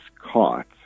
caught